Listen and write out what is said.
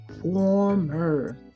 Former